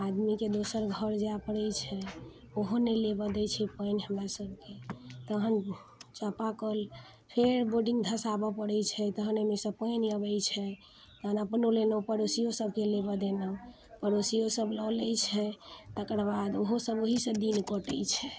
आदमीके दोसर घर जाय पड़ै छै ओहो नहि लेबऽ दै छै पानि हमरा सभके तहन चापा कल फेर बोर्डिंग धसाबऽ पड़ै छै तहन अइमेसँ पानि अबै छै तहन अपनो लेनहुँ पड़ोसियो सभके लेबऽ देनहुँ पड़ोसियो सभ लऽ लै छै तकर बाद ओहो सभ ओहिसँ दिन कटै छै